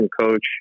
coach